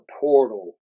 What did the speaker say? portal